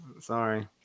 sorry